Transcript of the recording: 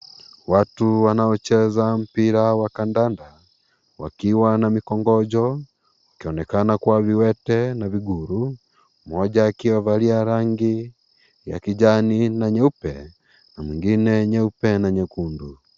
Watu wanaocheza mpira wa kandanda wakiwa na mikongojo, wakionekana kuwa viwete na viguru, mmoja akiwa amevalia rangi ya kijani na nyeupe na mwengine nyeupe na nyekundu.